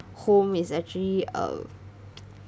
home is actually uh